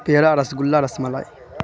پیڑا rasgulla ras malai